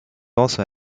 also